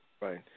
Right